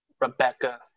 Rebecca